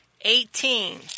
eighteen